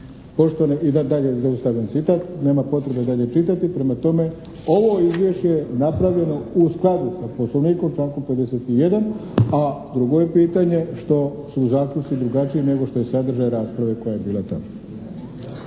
Sabor" i da dalje zaustavljam citat, nema potrebe dalje čitati. Prema tome ovo je izvješće napravljeno u skladu sa Poslovnikom člankom 51. a drugo je pitanje što su zaključci drugačiji nego što je sadržaj rasprave koja je bila tamo.